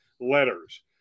letters